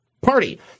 party